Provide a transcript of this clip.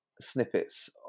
snippets